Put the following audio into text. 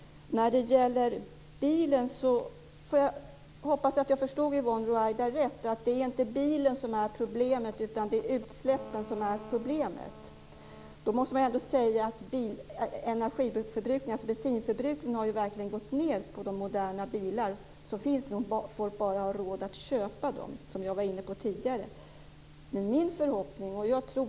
Jag hoppas att jag förstod Yvonne Ruwaida rätt, att det inte är bilen som är problemet utan att det är utsläppen som är problemet. Bensinförbrukningen i de moderna bilar som finns nu har verkligen minskat, men det gäller bara att folk har råd att köpa dem, som jag var inne på tidigare.